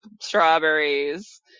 strawberries